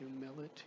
humility